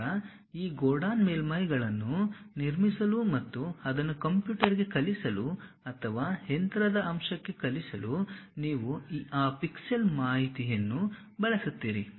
ನಂತರ ಈ ಗೋರ್ಡಾನ್ ಮೇಲ್ಮೈಗಳನ್ನು ನಿರ್ಮಿಸಲು ಮತ್ತು ಅದನ್ನು ಕಂಪ್ಯೂಟರ್ಗೆ ಕಲಿಸಲು ಅಥವಾ ಯಂತ್ರದ ಅಂಶಕ್ಕೆ ಕಲಿಸಲು ನೀವು ಆ ಪಿಕ್ಸೆಲ್ ಮಾಹಿತಿಯನ್ನು pixel informations ಬಳಸುತ್ತೀರಿ